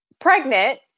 pregnant